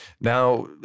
Now